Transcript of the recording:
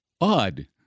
odd